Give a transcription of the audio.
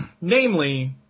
Namely